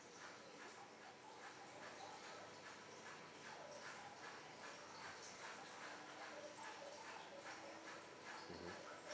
mmhmm